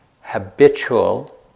habitual